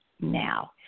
now